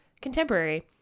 contemporary